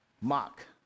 Mock